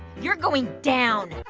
you're going down.